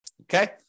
Okay